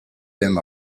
them